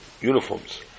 uniforms